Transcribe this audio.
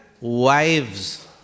wives